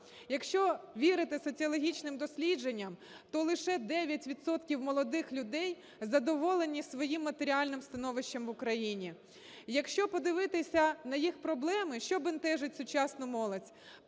Якщо вірити соціологічним дослідженням, то лише 9 відсотків молодих людей задоволені своїм матеріальним становищем в Україні. Якщо подивитися на їх проблеми, що бентежить сучасну молодь?